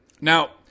Now